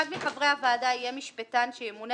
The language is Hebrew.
2. אחד מחברי הוועדה יהיה משפטן שימונה